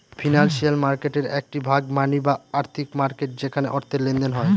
financial মার্কেটের একটি ভাগ মানি বা আর্থিক মার্কেট যেখানে অর্থের লেনদেন হয়